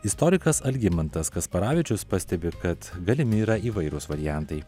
istorikas algimantas kasparavičius pastebi kad galimi yra įvairūs variantai